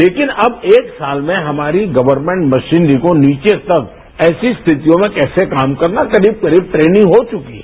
लेकिन अब एक साल में हमारी गवर्नमेंट मशीनरी को नीचे तक ऐसी स्थितियों में कैसे काम करना करीब करीब ट्रेनिंग हो चुकी है